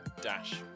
dash